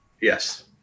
Yes